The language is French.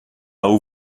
eau